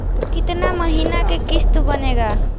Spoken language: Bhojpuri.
कितना महीना के किस्त बनेगा?